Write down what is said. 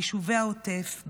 ביישובי העוטף,